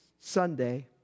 Sunday